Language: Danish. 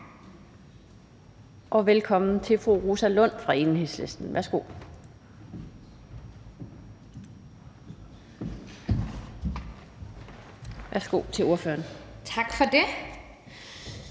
og velkommen til fru Rosa Lund fra Enhedslisten. Værsgo. Kl. 12:56 (Ordfører) Rosa Lund